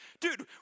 dude